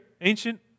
ancient